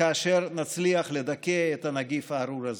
כאשר נצליח לדכא את הנגיף הארור הזה,